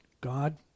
God